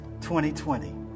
2020